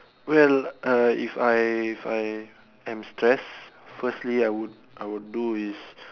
well (uh)if I if I am stressed firstly I would I would do is